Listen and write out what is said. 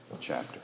chapter